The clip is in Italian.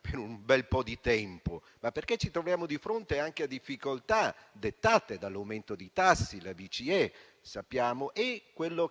per un bel po' di tempo, ma noi ci troviamo di fronte anche alle difficoltà dettate dall'aumento dei tassi della BCE. E poi sappiamo quanto